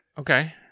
Okay